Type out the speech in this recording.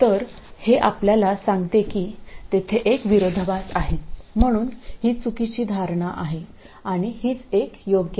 तर हे आपल्याला सांगते की तेथे एक विरोधाभास आहे म्हणून ही चुकीची धारणा आहे आणि हीच एक योग्य आहे